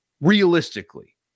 realistically